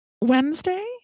wednesday